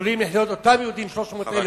יכולים לחיות אותם יהודים, 300,000,